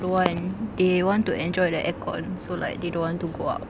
don't want they want to enjoy the aircon so like they don't want to go out